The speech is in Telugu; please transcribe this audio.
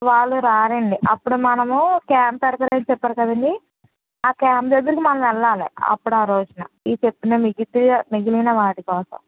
వాళ్లు రారండి అప్పుడు మనము క్యాంపు పెడతామని చెప్పారు కదా అండి ఆ క్యాంపు దగ్గరికి మనం వెళ్ళాలి అప్పుడు ఆ రోజున ఇప్పుడు మిగిలిన వారి కోసం